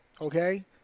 Okay